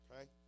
Okay